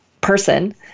person